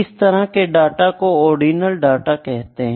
इस तरह के डाटा को ऑर्डिनल डाटा कहते हैं